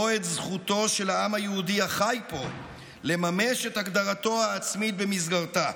את זכותו של העם היהודי החי פה לממש את הגדרתו העצמית במסגרתה.